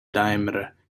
diameter